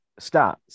stats